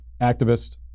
activist